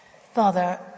Father